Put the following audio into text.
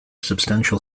substantial